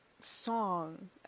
song